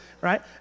right